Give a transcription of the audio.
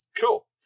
cool